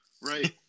Right